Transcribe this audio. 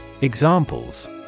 Examples